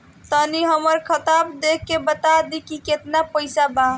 तनी हमर खतबा देख के बता दी की केतना पैसा बा?